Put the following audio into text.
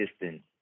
distance